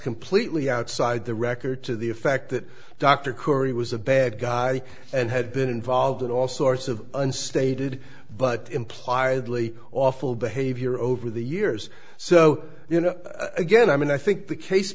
completely outside the record to the effect that dr corrie was a bad guy and had been involved in all sorts of unstated but implied lee awful behavior over the years so you know again i mean i think the case